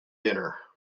dinner